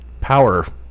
power